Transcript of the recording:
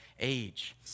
age